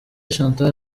chantal